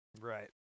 Right